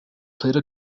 played